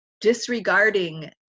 disregarding